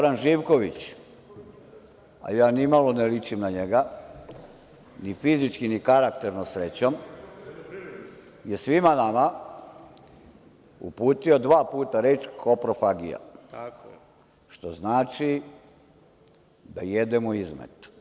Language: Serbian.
Zoran Živković, a ja ni malo ne ličim na njega, ni fizički ni karakterno, srećom, je svima nama uputio dva puta reč – koprofagija, što znači da jedemo izmet.